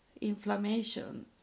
inflammation